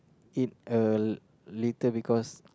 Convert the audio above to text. eat a little because